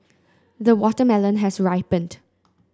the watermelon has ripened